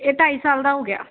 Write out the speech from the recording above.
ਇਹ ਢਾਈ ਸਾਲ ਦਾ ਹੋ ਗਿਆ